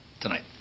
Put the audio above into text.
tonight